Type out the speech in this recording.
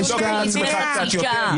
תבדוק את עצמך קצת יותר.